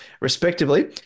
respectively